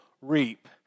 reap